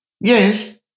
Yes